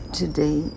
today